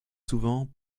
souvent